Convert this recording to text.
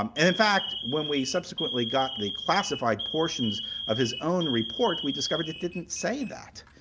um in fact, when we subsequently got the classified portions of his own report, we discovered it didn't say that.